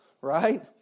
right